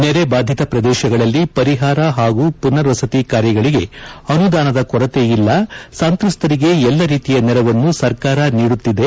ನೆರೆ ಬಾಧಿತ ಪ್ರದೇಶಗಳಲ್ಲಿ ಪರಿಹಾರ ಹಾಗೂ ಪುನರ್ವಸತಿ ಕಾರ್ಯಗಳಿಗೆ ಅನುದಾನದ ಕೊರತೆ ಇಲ್ಲ ಸಂತ್ರಸ್ತರಿಗೆ ಎಲ್ಲಾ ರೀತಿಯ ನೆರವನ್ನು ಸರ್ಕಾರ ನೀಡುತ್ತಿದೆ